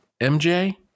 MJ